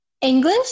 English